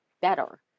better